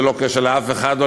זה ללא קשר לאף אחד,